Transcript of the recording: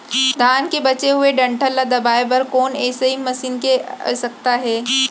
धान के बचे हुए डंठल ल दबाये बर कोन एसई मशीन के आवश्यकता हे?